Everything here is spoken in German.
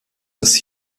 das